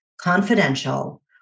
confidential